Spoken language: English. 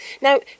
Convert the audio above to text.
Now